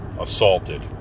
assaulted